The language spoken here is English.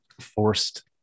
forced